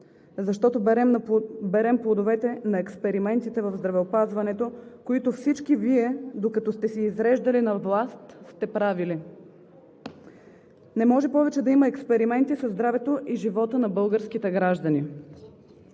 защото берем плодовете на експериментите в здравеопазването, които всички Вие, докато сте се изреждали на власт, сте правили. Не може повече да има експерименти със здравето и живота на българските граждани.